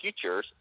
futures